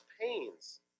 pains